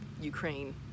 Ukraine